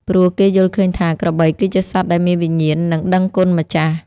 ព្រោះគេយល់ឃើញថា ក្របីគឺជាសត្វដែលមានវិញ្ញាណ និងដឹងគុណម្ចាស់។